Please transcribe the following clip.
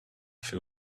feel